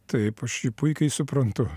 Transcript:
taip aš jį puikiai suprantu